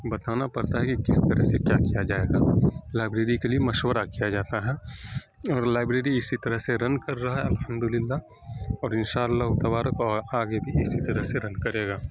بتانا پڑتا ہے کہ کس طرح سے کیا کیا جائے گا لائبریری کے لیے مشورہ کیا جاتا ہے اور لائبریری اسی طرح سے رن کر رہا ہے الحمد للہ اور ان شاء اللہ تبارک اور آگے بھی اسی طرح سے رن کرے گا